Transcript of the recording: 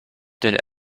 did